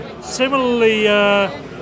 similarly